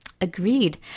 agreed